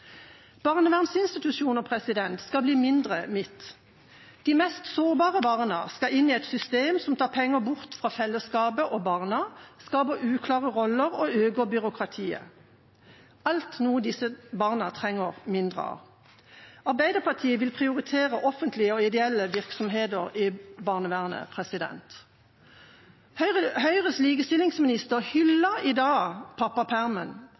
Barnevernsinstitusjoner skal bli mindre «mitt». De mest sårbare barna skal inn i et system som tar penger bort fra fellesskapet og barna, skaper uklare roller og øker byråkratiet – alt dette er noe som disse barna trenger mindre av. Arbeiderpartiet vil prioritere offentlige og ideelle virksomheter i barnevernet. Høyres likestillingsminister hyller i dag pappapermen.